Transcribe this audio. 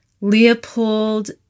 Leopold